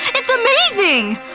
it's amazing!